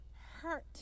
hurt